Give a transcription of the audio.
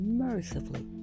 mercifully